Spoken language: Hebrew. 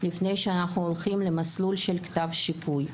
לפני שאנחנו הולכים למסלול של כתב שיפוי.